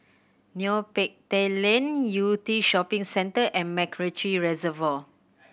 Neo Pee Teck Lane Yew Tee Shopping Centre and MacRitchie Reservoir